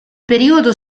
periodo